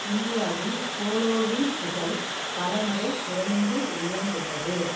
இந்தியாவில் போலோவின் புகழ் பல முறை குறைந்து உயர்ந்துள்ளது